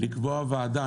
לקבוע ועדה.